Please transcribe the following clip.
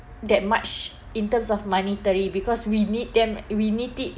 that much in terms of monetary because we need them we need it